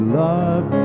love